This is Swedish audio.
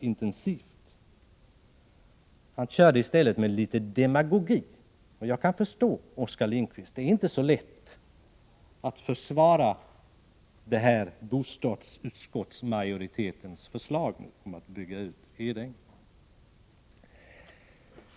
Han försökte sig i stället på litet demagogi— jag kan förstå Oskar Lindkvist. Det är inte så lätt att försvara majoritetens förslag i bostadsutskottet om en utbyggnad av Edänge.